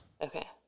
Okay